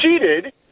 cheated